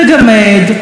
לגמד,